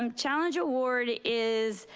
um challenge award is,